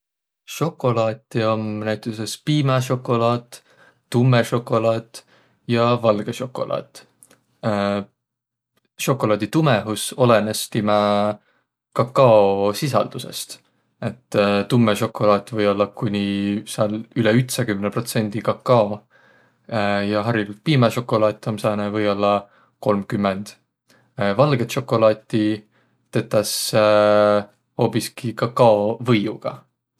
Sokolaati om näütüses piimäsokolaat, tummõ sokolaat ja valgõ sokolaat. Sokolaadi tumõhus olõnõs timä kakaosisaldüsest. Et tummõ sokolaat või ollaq kooniq, sääl üle ütsäkümne protsendi kakao. Ja hariligult piimäsokolaat om sääne või-ollaq kolmkümmend. Valgõt sokolaati tetäq hoobiski kakaovõiugaq.